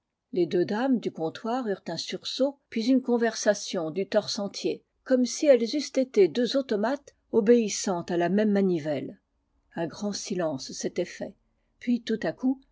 les deux dames du comptoir eurent un sursaut puis une conversion du torse entier comme si elles eussent été deux automates obéissant à la même manivelle un grand silence s'était fait puis tout à coup